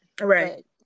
right